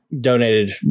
donated